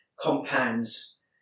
compounds